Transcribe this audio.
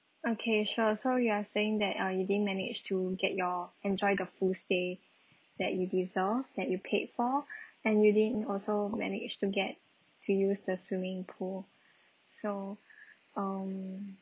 okay sure so you are saying that uh you didn't manage to get your enjoy the full stay that you deserve that you paid for and you didn't also managed to get to use the swimming pool so um